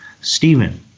Stephen